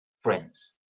friends